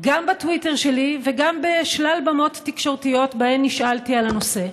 גם בטוויטר שלי וגם בשלל במות תקשורתיות שבהן נשאלתי על הנושא.